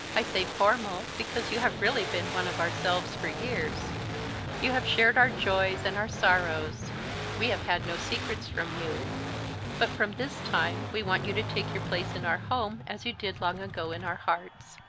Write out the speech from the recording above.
i say formal because you have really been one of ourselves for years you have shared our joys and our sorrows we have had no secrets from you but from this time we want you to take your place in our home as you did long ago in our hearts.